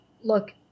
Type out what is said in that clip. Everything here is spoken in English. look